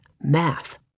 math